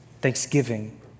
Thanksgiving